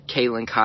Kaylin